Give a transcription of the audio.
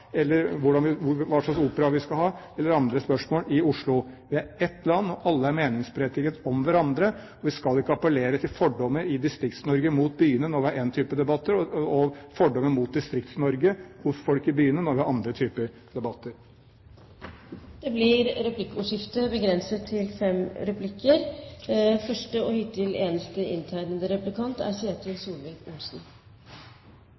eller hva slags opera vi skal ha, eller andre spørsmål i Oslo. Vi er ett land, og alle er meningsberettiget om hverandre. Vi skal ikke appellere til fordommer i Distrikts-Norge mot byene når vi har én type debatter, og fordommer mot Distrikts-Norge hos folk i byene når vi har andre typer debatter. Det blir replikkordskifte. Det er sjelden jeg opplever et innlegg fra en statsråd som er